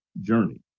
journey